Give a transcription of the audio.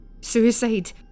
suicide